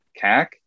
CAC